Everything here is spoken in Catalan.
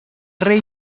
rei